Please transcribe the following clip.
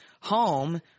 home